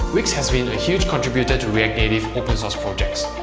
wix has been a huge contributor to react native open source projects.